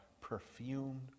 perfumed